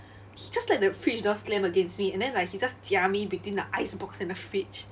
he just let the fridge door slam against me and then like he just 夹 me between the ice box and the fridge